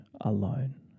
alone